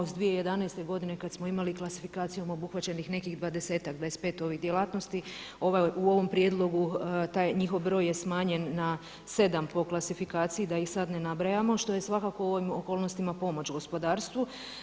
S 2011. godine kada smo imali klasifikacijom obuhvaćenih nekih 20-ak, 25 ovih djelatnosti u ovom prijedlogu taj njihov broj je smanjen na 7 po klasifikaciji da ih sad ne nabrajamo što je svakako u ovim okolnostima pomoć gospodarstvu.